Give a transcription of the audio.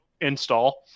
install